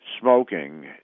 smoking